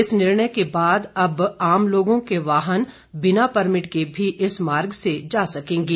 इस निर्णय के बाद आम लोगों के वाहन बिना परमिट के भी इस मार्ग से जा सकेंगे